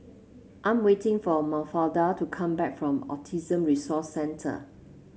I'm waiting for Mafalda to come back from Autism Resource Centre